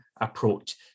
approach